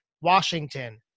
Washington